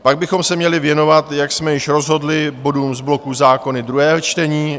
Pak bychom se měli věnovat, jak jsme již rozhodli, bodům z bloku Zákony druhé čtení.